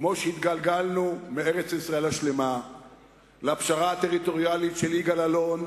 כמו שהתגלגלנו מארץ-ישראל השלמה לפשרה הטריטוריאלית של יגאל אלון,